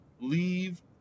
Leave